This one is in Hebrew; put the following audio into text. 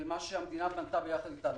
במה שהמדינה בנתה יחד אתנו.